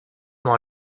more